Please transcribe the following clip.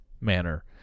manner